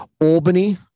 Albany